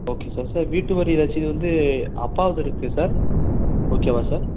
okay sir sir வீட்டுவரி ரசீது வந்து அப்பாவுது இருக்கு சார் ஓகேவா சார்